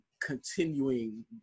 continuing